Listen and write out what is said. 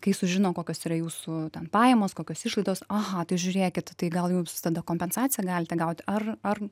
kai sužino kokios yra jūsų ten pajamos kokios išlaidos aha tai žiūrėkit tai gal jau tada kompensaciją galite gauti ar ar